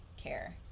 care